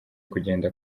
kugenda